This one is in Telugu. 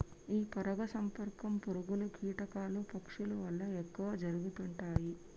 ఈ పరాగ సంపర్కం పురుగులు, కీటకాలు, పక్షుల వల్ల ఎక్కువ జరుగుతుంటాయి